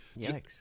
Yikes